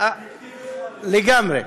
לגמרי.